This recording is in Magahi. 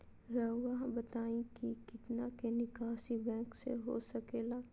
रहुआ बताइं कि कितना के निकासी बैंक से हो सके ला?